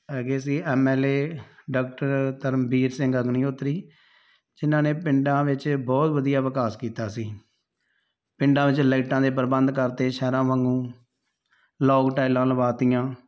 ਹੈਗੇ ਸੀ M L A doctor Dharamvir Singh Agnihotri ਜਿਨ੍ਹਾਂ ਨੇ ਪਿੰਡਾਂ ਵਿੱਚ ਬਹੁਤ ਵਧੀਆ ਵਿਕਾਸ ਕੀਤਾ ਸੀ ਪਿੰਡਾਂ ਵਿੱਚ ਲਾਈਟਾਂ ਦੇ ਪ੍ਰਬੰਧ ਕਰਤੇ ਸ਼ਹਿਰਾਂ ਵਾਂਗੂੰ ਟਾਈਲਾਂ ਲਵਾਤੀਆਂ